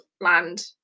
land